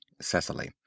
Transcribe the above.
Cecily